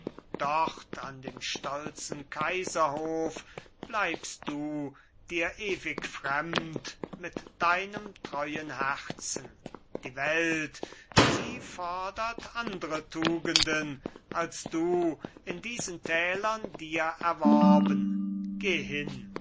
dort an dem stolzen kaiserhof bleibst du dir ewig fremd mit deinem treuen herzen die welt sie fordert andre tugenden als du in diesen tälern dir erworben geh hin